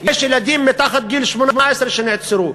יש ילדים מתחת לגיל 18 שנעצרו.